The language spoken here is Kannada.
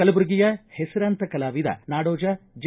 ಕಲಬುರಗಿಯ ಹೆಸರಾಂತ ಕಲಾವಿದ ನಾಡೋಜ ಜೆ